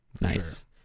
Nice